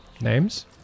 Names